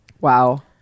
Wow